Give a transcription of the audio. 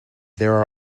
there